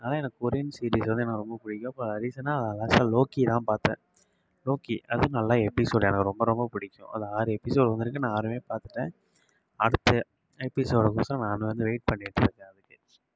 ஆனால் எனக்கு Korean series வந்து எனக்கு ரொம்ப பிடிக்கும் இப்போ ரீசெண்டாக நான் லாஸ்ட்டில் லோக்கி தான் பார்த்தேன் லோக்கி அது நல்லா எப்பிசோட் எனக்கு ரொம்ப ரொம்ப பிடிக்கும் அது ஆறு எப்பிசோட் வந்திருக்கு நான் ஆறும் பார்த்துட்டேன் அடுத்த எப்பிசோடு கொசறோம் நான் வந்து வெயிட் பண்ணிட்ருக்கேன் அதுக்கு